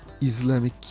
Islamic